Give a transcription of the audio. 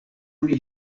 oni